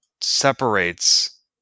separates